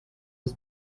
his